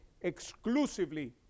exclusively